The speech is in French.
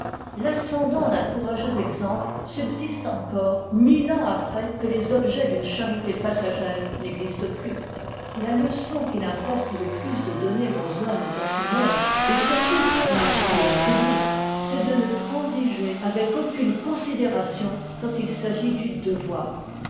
l'ascendant d'un courageux exemple subsiste encore mille ans après que les objets d'une charité passagère n'existent plus la leçon qu'il importe le plus de donner aux hommes dans ce monde et surtout dans la carrière publique c'est de ne transiger avec aucune considération quand il s'agit du devoir